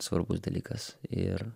svarbus dalykas ir